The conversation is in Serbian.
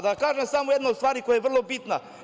Da kažem samo jednu od stvari koja je vrlo bitna.